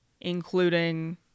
including